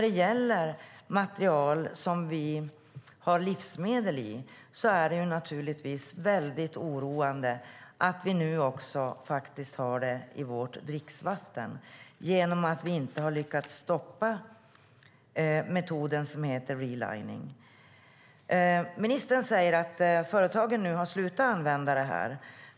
Det är väldigt oroande att vi nu har det också i vårt dricksvatten, förutom i våra livsmedel, i och med att vi inte har lyckats stoppa metoden som heter relining. Ministern säger att företagen har slutat att använda den.